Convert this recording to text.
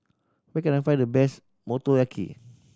where can I find the best Motoyaki